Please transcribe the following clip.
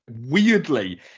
Weirdly